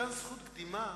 למתן זכות קדימה,